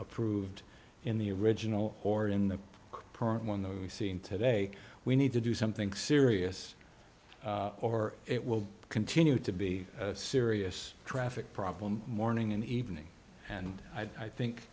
approved in the original or in the current one that we seen today we need to do something serious or it will continue to be a serious traffic problem morning and evening and i think